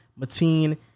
Mateen